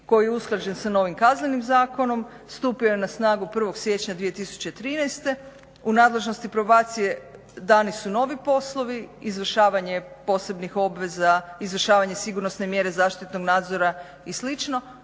koji je usklađen sa novim Kaznenim zakonom, stupio je na snagu 01. siječnja 2013., u nadležnosti probacije dani su novi poslovi, izvršavanje posebnih obveza, izvršavanje sigurnosne mjere zaštitnog nadzora i